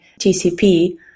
TCP